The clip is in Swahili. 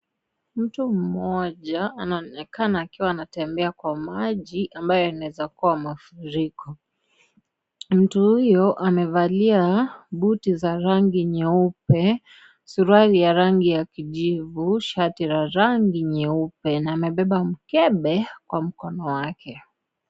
Mtu mmoja anaonekana akiwa anatembea kwa maji ambayo yanaweza kuwa mafuriko. Mtu huyu amevalia buti za rangi nyeupe, suruali ya rangi ya kijivu, shati la rangi nyeupe na amebeba mkebe kwa mkono wake.